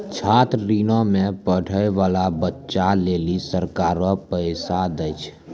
छात्र ऋणो मे पढ़ै बाला बच्चा लेली सरकारें पैसा दै छै